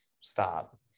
Stop